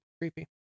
creepy